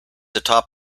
atop